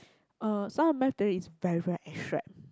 uh some maths theory is very very abstract